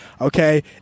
Okay